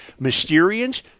Mysterians